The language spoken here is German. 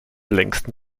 längsten